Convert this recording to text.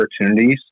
opportunities